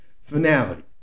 finality